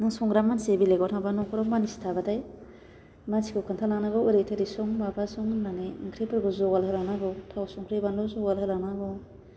नों संग्रा मानसि बेलेगाव थांबा न'खराव मानसि थाबाथाय मानसिखौ खोन्थालांनांगौ ओरै थोरै सं माबा सं होननानै ओंख्रिफोरखौ ज'गार होलांनांगौ थाव संख्रि बानलु ज'गार होलांनांगौ